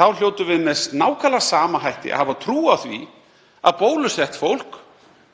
þá hljótum við með nákvæmlega sama hætti að hafa trú á því að bólusett fólk